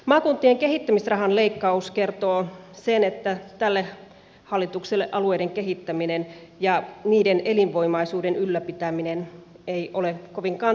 maakuntien kehittämisrahan leikkaus kertoo sen että tälle hallitukselle alueiden kehittäminen ja niiden elinvoimaisuuden ylläpitäminen ei ole kovinkaan tärkeää